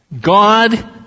God